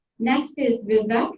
next is vivek.